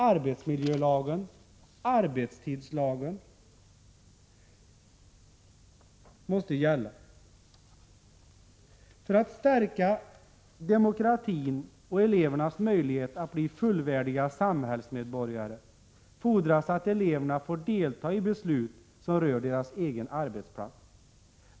Arbetsmiljölagen och arbetstidslagen måste gälla. För att stärka demokratin och elevernas möjligheter att bli fullvärdiga samhällsmedborgare fordras att eleverna får delta i beslut som rör deras egen arbetsplats.